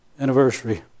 anniversary